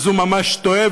אז הוא ממש טועה.